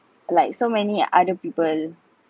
like so many other people